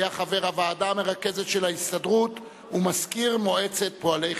היה חבר הוועדה המרכזת של ההסתדרות ומזכיר מועצת פועלי חיפה.